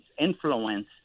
influence